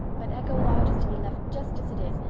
but echo lodge is to be left just as it is.